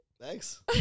Thanks